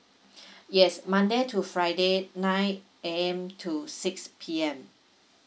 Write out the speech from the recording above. yes monday to friday night A_M to six P_M